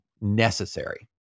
necessary